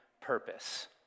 purpose